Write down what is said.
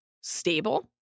stable